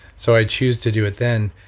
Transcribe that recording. so i choose to do it then.